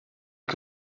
que